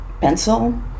pencil